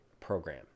program